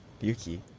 Yuki